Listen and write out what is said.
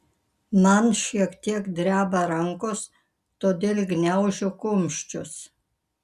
man šiek tiek dreba rankos todėl gniaužiu kumščius